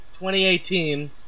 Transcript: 2018